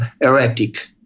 erratic